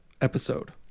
episode